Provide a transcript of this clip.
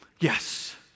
Yes